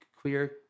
queer